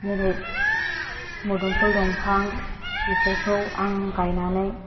जेरै मुदुमफुल दंफां बेफोरखौ आं गाइनानै